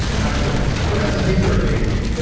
actually, the recipes are amazing.